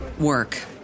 work